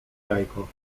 jajko